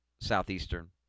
Southeastern